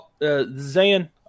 Zayn